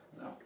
No